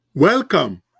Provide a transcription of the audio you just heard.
Welcome